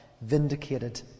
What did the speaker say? vindicated